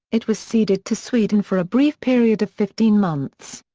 it was ceded to sweden for a brief period of fifteen months.